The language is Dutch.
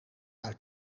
uit